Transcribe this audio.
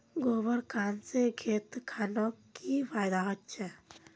गोबर खान से खेत खानोक की फायदा होछै?